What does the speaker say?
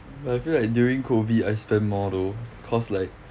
but I feel like during COVID I spent more though cause like